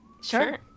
Sure